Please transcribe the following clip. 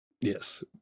Yes